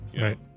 Right